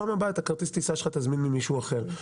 בפעם הבאה את כרטיס הטיסה שלך תזמין ממישהו אחר.